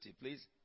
please